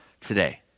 today